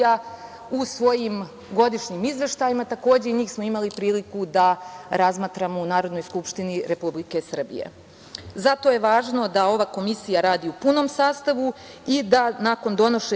u svojim godišnjim izveštajima. Takođe i njih smo imali priliku da razmatramo u Narodnoj skupštini Republike Srbije. Zato je važno da ova komisija radi u punom sastavu i da nakon donošenja